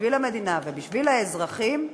בשביל המדינה ובשביל האזרחים,